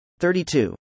32